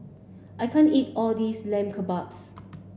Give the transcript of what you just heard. I can't eat all this Lamb Kebabs